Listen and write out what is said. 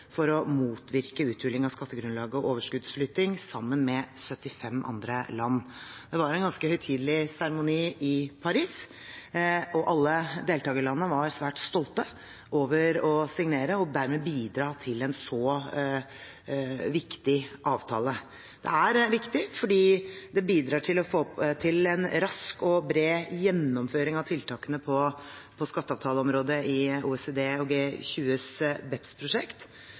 for å motvirke uthuling av skattegrunnlaget og overskuddsflytting, sammen med 75 andre land. Det var en ganske høytidelig seremoni i Paris, og alle deltakerlandene var svært stolte over å signere og dermed bidra til en så viktig avtale. Det er viktig fordi det bidrar til å få til en rask og bred gjennomføring av tiltakene på skatteavtaleområdet i OECD og